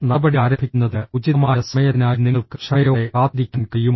നടപടി ആരംഭിക്കുന്നതിന് ഉചിതമായ സമയത്തിനായി നിങ്ങൾക്ക് ക്ഷമയോടെ കാത്തിരിക്കാൻ കഴിയുമോ